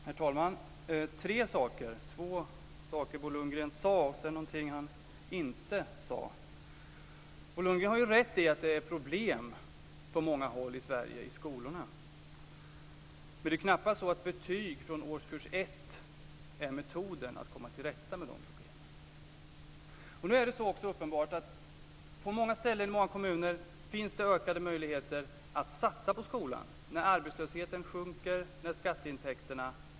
Herr talman! Jag har tre saker. Det är två saker som Bo Lundgren sade, och en sak han inte sade. Bo Lundgren har rätt i att det är problem i skolorna på många håll i Sverige. Nu är det knappast betyg från årskurs ett som är metoden att komma till rätta med problemen. På många ställen i många kommuner finns det ökade möjligheter att satsa på skolan, när arbetslösheten sjunker och när skatteintäkterna ökar.